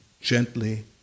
gently